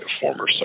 former